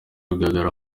ugaragara